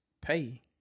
pay